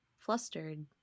Flustered